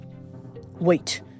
Wait